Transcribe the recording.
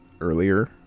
earlier